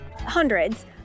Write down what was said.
Hundreds